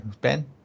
Ben